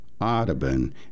Audubon